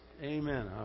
Amen